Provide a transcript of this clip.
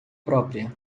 própria